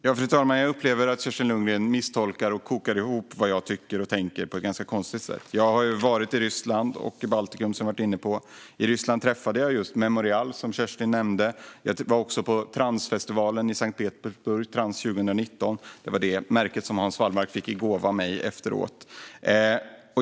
Fru talman! Jag upplever att Kerstin Lundgren misstolkar och kokar ihop vad jag tycker och tänker på ett ganska konstigt sätt. Jag har varit i Ryssland och i Baltikum, som jag har varit inne på. I Ryssland träffade jag just Memorial, som Kerstin nämnde. Jag var på transfestivalen i Sankt Petersburg, Trans 2019. Det var ett märke därifrån som Hans Wallmark fick i gåva av mig efteråt.